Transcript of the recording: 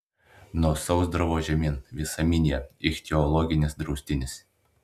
nuo sausdravo žemyn visa minija ichtiologinis draustinis